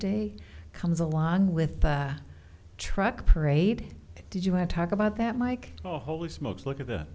day comes along with the truck parade did you have to talk about that mike oh holy smokes look at th